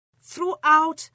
throughout